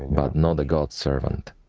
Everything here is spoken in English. but not the god's servant.